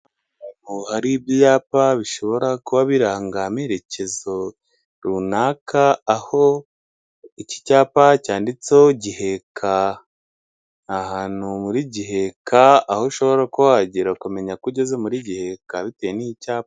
Hari ibyapa bishobora kuba biranga amerekezo runaka, aho iki cyapa cyanditseho Giheka ahantu buri Giheka aho ushobora kuba wagera ukumenya ko ugeze muri Giheka bitewe n'icyapa.